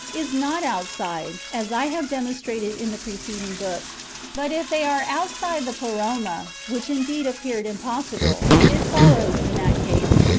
is not outside, as i have demonstrated in the preceding book but if they are outside the pleroma, which indeed appeared impossible, it follows, in that case,